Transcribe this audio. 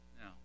now